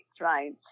right